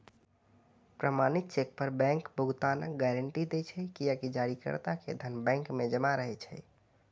प्रमाणित चेक पर बैंक भुगतानक गारंटी दै छै, कियैकि जारीकर्ता के धन बैंक मे जमा रहै छै